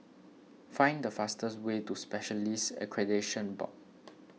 find the fastest way to Specialists Accreditation Board